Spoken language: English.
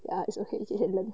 ya it's okay you can learn